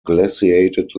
glaciated